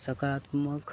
સકારાત્મક